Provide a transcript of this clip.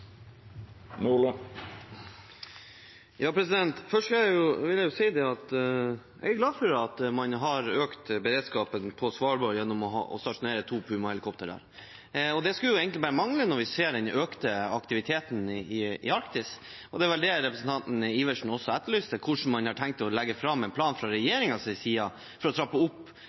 Først vil jeg si at jeg er glad for at man har økt beredskapen på Svalbard gjennom å stasjonere to Super Puma-helikoptre der, og det skulle bare mangle, når vi ser den økte aktiviteten i Arktis. Det er vel det representanten Adelsten Iversen også etterlyste – hvordan man har tenkt å legge fram en plan fra regjeringens side for å trappe opp